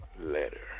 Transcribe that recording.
letter